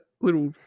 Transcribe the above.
little